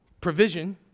provision